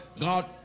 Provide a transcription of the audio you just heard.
God